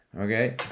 Okay